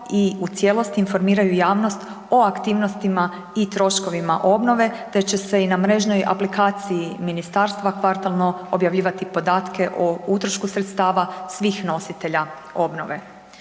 i u cijelosti informiraju javnost o aktivnostima i troškovima obnove, te će se i na mrežnoj aplikaciji Ministarstva kvartalno objavljivati podatke o utrošku sredstava svih nositelja obnove.